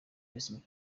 umukinnyi